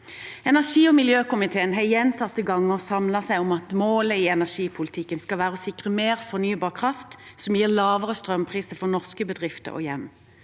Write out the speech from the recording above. Energi- og miljøkomiteen har gjentatte ganger samlet seg om at målet i energipolitikken skal være å sikre mer fornybar kraft som gir lavere strømpriser for norske bedrifter og hjem.